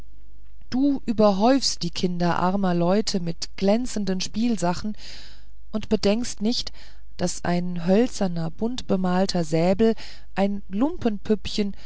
du überhäufst die kinder armer leute mit glänzenden spielsachen und bedenkst nicht daß ein hölzerner buntgemalter säbel ein